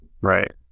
right